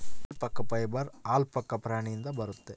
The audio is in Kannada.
ಅಲ್ಪಕ ಫೈಬರ್ ಆಲ್ಪಕ ಪ್ರಾಣಿಯಿಂದ ಬರುತ್ತೆ